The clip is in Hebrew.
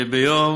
ביום